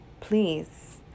please